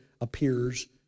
appears